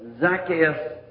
Zacchaeus